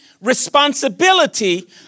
responsibility